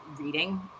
reading